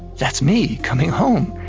that's me coming home.